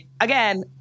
Again